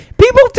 People